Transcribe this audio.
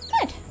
Good